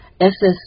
SS